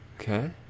Okay